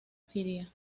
siria